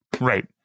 Right